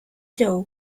joe